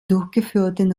durchgeführten